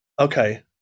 Okay